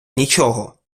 нічого